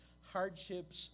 hardships